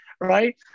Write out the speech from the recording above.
right